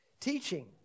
Teaching